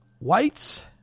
whites